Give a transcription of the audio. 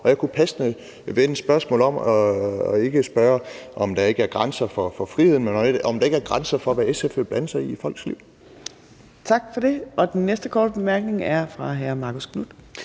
om. Jeg kunne passende vende spørgsmålet om og ikke spørge, om der ikke er grænser for friheden, men om der ikke er grænser for, hvad SF vil blande sig i i folks liv. Kl. 16:00 Fjerde næstformand (Trine Torp): Tak for